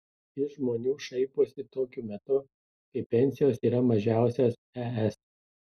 iš žmonių šaiposi tokiu metu kai pensijos yra mažiausios es